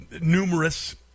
numerous